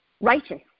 Righteous